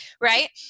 right